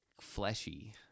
fleshy